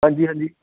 ਹਾਂਜੀ ਹਾਂਜੀ